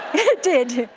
it did.